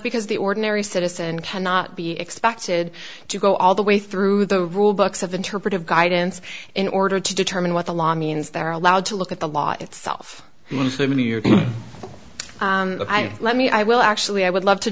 because the ordinary citizen cannot be expected to go all the way through the rule books of interpretive guidance in order to determine what the law means they're allowed to look at the law itself let me i will actually i would love to